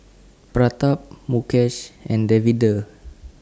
Pratap Mukesh and Davinder